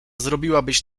zrobiłabyś